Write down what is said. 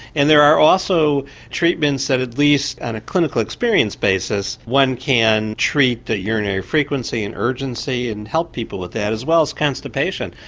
and there are also treatments that at least on a clinical experience basis one can treat the urinary frequency and urgency and help people with that as well as constipation.